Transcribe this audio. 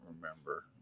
remember